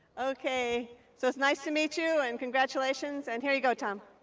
okay, so it's nice to meet you, and congratulations. and here you go, tom.